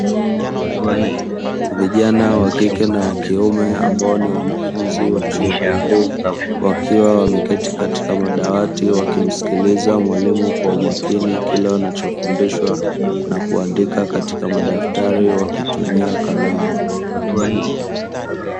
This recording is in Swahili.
Vijana wakike na wakiume ambao ni wanafunzi wa chuo kikuu wakiwa wameketi katika madawati wakimsikiliza mwalimu kwa umakini kila wanachofundishwa, na kuandika katika madaftari wakitumia kalamu.